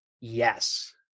Yes